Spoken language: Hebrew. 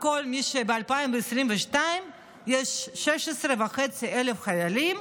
ב-2022 יש סך הכול 16,500 חיילים